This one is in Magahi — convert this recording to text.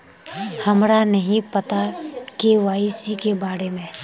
हमरा नहीं पता के.वाई.सी के बारे में?